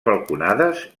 balconades